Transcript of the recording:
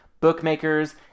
bookmakers